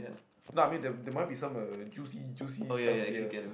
no I mean there there might be some uh juicy juicy stuff here